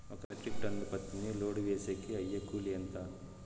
ఒక metric ton పత్తిని load వేసేకి అయ్యే కూలి ఎంత?